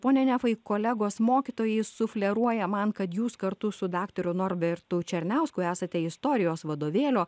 pone nefai kolegos mokytojai sufleruoja man kad jūs kartu su daktaru norbertu černiausku esate istorijos vadovėlio